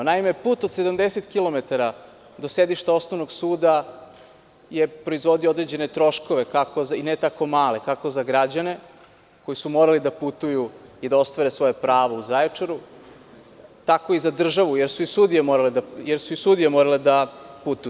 Naime, put od 70 kilometara do sedišta osnovnog suda je proizvodio određene troškove, ne tako male, kako za građane koji su morali da putuju i da ostvare svoja prava u Zaječaru, tako i za državu jer su i sudije morale da putuju.